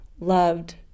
loved